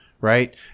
right